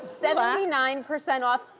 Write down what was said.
seventy nine percent off,